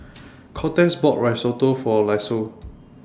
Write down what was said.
Cortez bought Risotto For Lisle